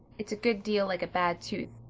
it's a good deal like a bad tooth.